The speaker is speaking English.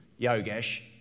Yogesh